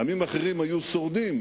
עמים אחרים היו שורדים,